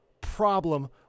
problem